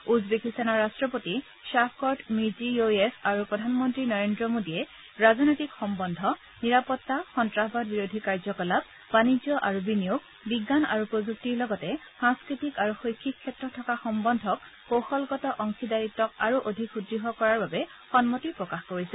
উজবেকিস্তানৰ ৰাষ্টপতি খাৰকট মিৰ্জিঅয়েভ আৰু প্ৰধানমন্ত্ৰী নৰেন্দ্ৰ মোডীয়ে ৰাজনৈতিক সম্বন্ধ নিৰাপত্তা সন্নাসবাদ বিৰোধী কাৰ্যকলাপ বাণিজ্য আৰু বিনিয়োগ বিজ্ঞান আৰু প্ৰযুক্তিৰ লগতে সাংস্কৃতিক আৰু শৈক্ষিক ক্ষেত্ৰত থকা সম্বন্ধক কৌশলগত অংশীদাৰিত্ক আৰু অধিক সুদ্য় কৰাৰ বাবে সন্মতি প্ৰকাশ কৰিছে